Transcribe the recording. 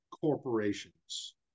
corporations